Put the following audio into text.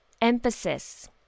emphasis